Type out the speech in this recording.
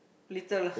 little lah